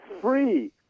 free